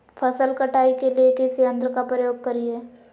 फसल कटाई के लिए किस यंत्र का प्रयोग करिये?